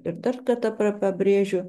ir dar kartą pa pabrėžiu